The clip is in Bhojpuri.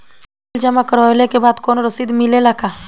बिल जमा करवले के बाद कौनो रसिद मिले ला का?